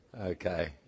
Okay